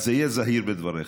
אז היה זהיר בדבריך.